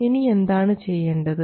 ഇനി എന്താണ് ചെയ്യേണ്ടത്